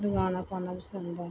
ਦਿਵਾਣਾ ਪਾਣਾ ਵੀ ਪਸੰਦ ਹੈ